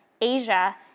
Asia